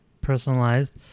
personalized